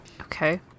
Okay